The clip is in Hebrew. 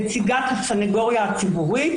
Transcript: נציגת הסניגוריה הציבורית